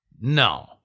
No